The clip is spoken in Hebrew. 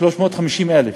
350,000